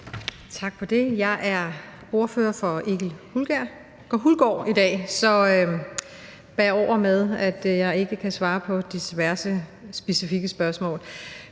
Tak for det. Jeg er ordfører i stedet for Egil Hulgaard i dag, så bær over med, at jeg ikke kan svare på diverse specifikke spørgsmål.